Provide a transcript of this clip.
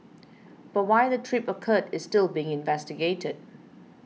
but why the trip occurred is still being investigated